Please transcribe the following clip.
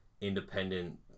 independent